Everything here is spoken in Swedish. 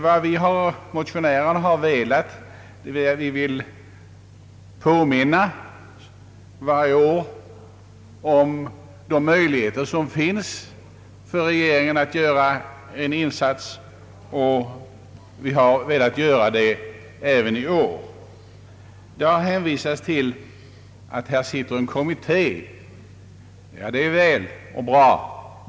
Vad vi motionärer varje år har velat är att påminna om de möjligheter som finns för regeringen att göra en insats. Det är vad vi har velat påminna om även i år. Det har hänvisats till att en kommitté är tillsatt. Ja, det är gott och väl.